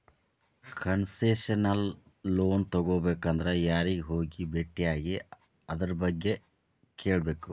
Concessional loan ತಗೊಬೇಕಂದ್ರ ಯಾರಿಗೆ ಹೋಗಿ ಬೆಟ್ಟಿಯಾಗಿ ಅದರ್ಬಗ್ಗೆ ಕೇಳ್ಬೇಕು?